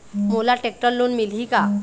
मोला tractor loan मिलही का?